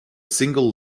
single